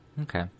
Okay